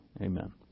amen